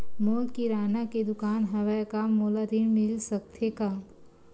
मोर किराना के दुकान हवय का मोला ऋण मिल सकथे का?